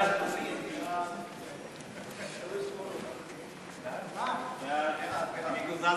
סעיפים 1 2 נתקבלו.